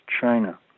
China